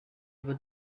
ever